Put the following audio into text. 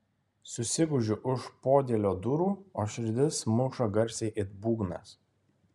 susigūžiu už podėlio durų o širdis muša garsiai it būgnas